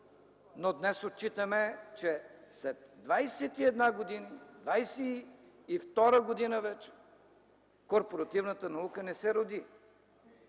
но днес отчитаме, че след 21 години, вече 22-ра година корпоративната наука не се роди.